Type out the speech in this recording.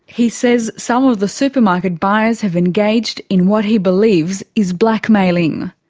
he says some of the supermarket buyers have engaged in what he believes is blackmailing.